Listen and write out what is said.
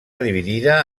dividida